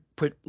put